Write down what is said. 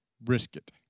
brisket